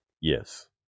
Yes